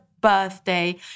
birthday